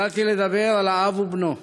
החלטתי לדבר על האב ובנו,